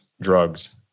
drugs